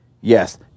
Yes